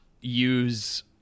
use